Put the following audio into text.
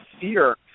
fear